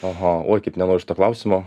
aha oi kaip nenoriu šito klausimo